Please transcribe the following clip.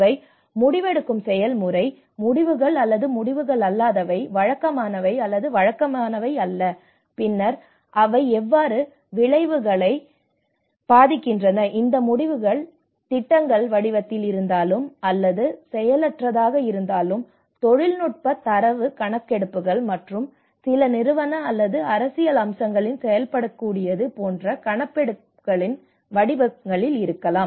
இவை முடிவெடுக்கும் செயல்முறை முடிவுகள் அல்லது முடிவுகள் அல்லாதவை வழக்கமானவை அல்லது வழக்கமானவை அல்ல பின்னர் அவை எவ்வாறு விளைவுகளை பாதிக்கின்றன இந்த முடிவுகள் திட்டங்கள் வடிவத்தில் இருந்தாலும் அல்லது செயலற்றதாக இருந்தாலும் தொழில்நுட்ப தரவு கணக்கெடுப்புகள் மற்றும் சில நிறுவன அல்லது அரசியல் அம்சங்களில் செயல்படக்கூடியது போன்ற கணக்கெடுப்புகளின் வடிவத்தில் இருக்கலாம்